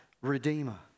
redeemer